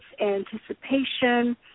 anticipation